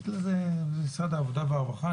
יש לזה במשרד העבודה והרווחה,